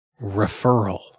referral